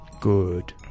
Good